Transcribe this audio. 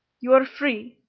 you are free,